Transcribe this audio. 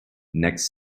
next